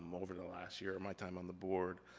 um over the last year in my time on the board,